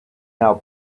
now